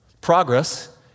Progress